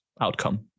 outcome